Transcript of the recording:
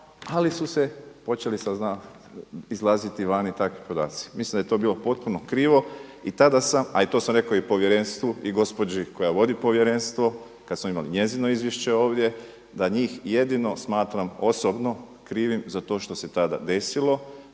ali su se počeli izlaziti van i takvi podaci. Mislim da je to bilo potpuno krivo, i tada sam, a i to sam rekao Povjerenstvu i gospođi koja vodi Povjerenstvo kad smo imali njezino izvješće ovdje, da njih jedino smatram osobno krivim za to što se tada desilo.